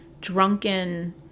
drunken